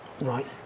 Right